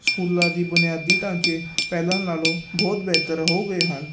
ਸਕੂਲਾਂ ਦੀ ਬੁਨਿਆਦੀ ਢਾਂਚੇ ਪਹਿਲਾਂ ਨਾਲੋਂ ਬਹੁਤ ਬਿਹਤਰ ਹੋ ਗਏ ਹਨ